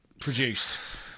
produced